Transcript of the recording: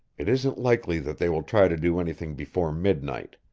it isn't likely that they will try to do anything before midnight.